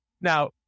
Now